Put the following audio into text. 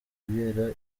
ibera